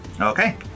Okay